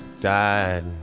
died